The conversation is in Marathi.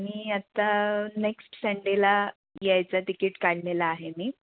मी आत्ता नेक्स्ट संडेला यायचा तिकीट काढलेला आहे मी